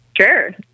Sure